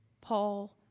Paul